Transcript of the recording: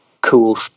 cool